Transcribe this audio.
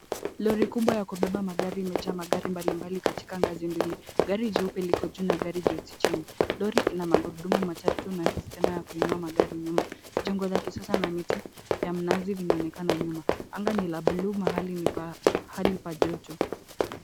Lori kubwa ya kubeba magari imejaa magari mbali mbali katika ngazi mbili. Gari jeupe liko juu na gari jeusi chini. Lori ina magurudumu matatu na stima ya kuinua magari nyuma. Jengo la kisasa na miti ya mnazi vinaonekana nyuma. Anga ni la buluu. Mahali ni pa hali pa joto.